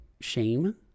shame